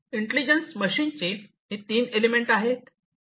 intelligence मशीन्सची ही तीन एलिमेंट आहेत